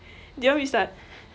do you want restart